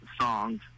songs